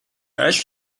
аль